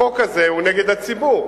החוק הזה הוא נגד הציבור,